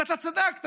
ואתה צדקת,